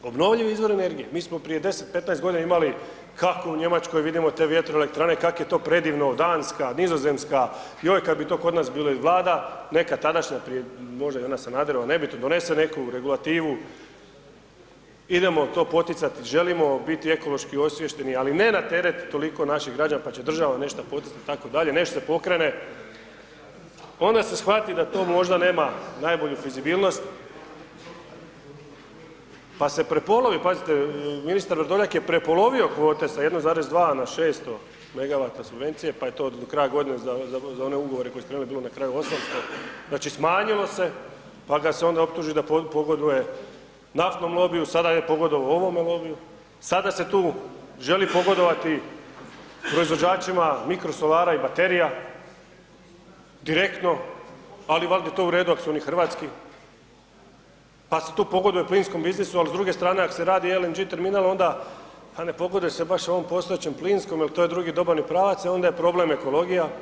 Obnovljivi izvori energije, mi smo prije 10, 15 godina imali kako u Njemačkoj vidimo te vjetroelektrane kako je to predivno, Danska, Nizozemska, još kada bi to kod nas bilo i vlada nekad tadašnja prije možda i ona Sanaderova nebitno, donese neku regulativu idemo to poticat, želimo biti ekološki osviješteni, ali ne na teret toliko naših građana pa će država nešto poticati itd., nešto se pokrene onda se shvati da to možda nema najbolju fizibilnost pa se prepolovi, pazite ministar Vrdoljak je prepolovio kvote sa 1,2 na 600 MW subvencije pa je to do kraja godine za one ugovore koji su trebali bilo na kraju 800, znači smanjilo se pa ga se onda optuži da onda pogoduje naftnom lobiju, sada je pogodovao ovome lobiju, sada se tu želi pogodovati proizvođačima mikrosolara i baterija direktno, ali valjda je to uredu ako su oni hrvatski, pa se tu pogoduje plinskom biznisu, ali s druge strane ako se radi LNG terminal onda a ne pogoduje se baš ovom postojećem plinskom jer to je drugi dobavni pravac, e onda je problem ekologija.